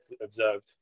observed